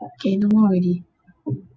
okay no more already